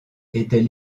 était